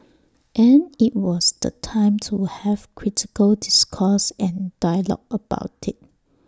and IT was the time to have critical discourse and dialogue about IT